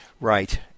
Right